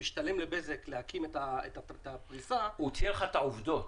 שמשתלם לבזק להקים את הפריסה --- הוא צייר לך את העובדות.